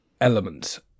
elements